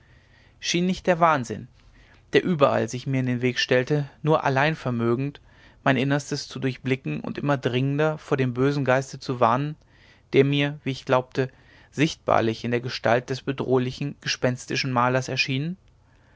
schien nicht der wahnsinn der überall sich mir in den weg stellte nur allein vermögend mein inneres zu durchblicken und immer dringender vor dem bösen geiste zu warnen der mir wie ich glaubte sichtbarlich in der gestalt des bedrohlichen gespenstischen malers erschienen